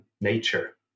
nature